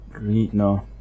No